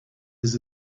his